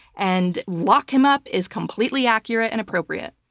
and lock him up is completely accurate and appropriate.